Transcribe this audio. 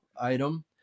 item